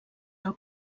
del